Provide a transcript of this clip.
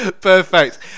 Perfect